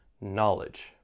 knowledge